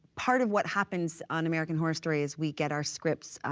part of what happens on american horror story is we get our scripts